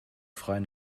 freien